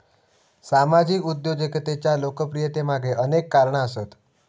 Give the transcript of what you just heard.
सामाजिक उद्योजकतेच्या लोकप्रियतेमागे अनेक कारणा आसत